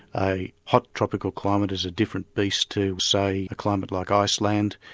a hot tropical climate is a different beast to, say, a climate like iceland,